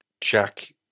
Jack